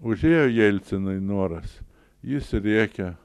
užėjo jelcinui noras jis rėkia